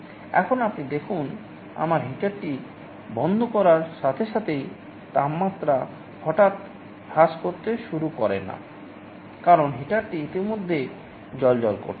এখন আপনি দেখুন আমরা হিটারটি বন্ধ করার সাথে সাথেই তাপমাত্রা হঠাৎ হ্রাস করতে শুরু করে না কারণ হিটারটি ইতিমধ্যে জ্বলজ্বল করছে